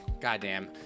goddamn